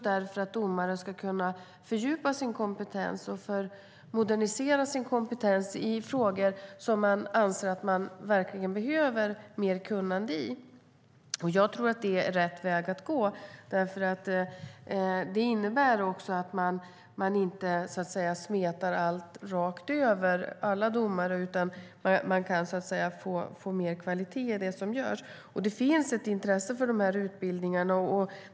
Domaren ska kunna fördjupa sin kompetens och modernisera den i frågor som man anser att man verkligen behöver mer kunnande i. Jag tror att det är rätt väg att gå eftersom det innebär att man inte så att säga smetar ut allt rakt över alla domare, utan man kan få mer kvalitet i det som görs. Det finns ett intresse för de här utbildningarna.